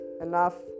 enough